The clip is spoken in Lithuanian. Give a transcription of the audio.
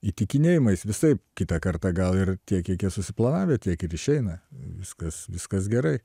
įtikinėjimais visaip kitą kartą gal ir tiek kiek jie susiplavę tiek ir išeina viskas viskas gerai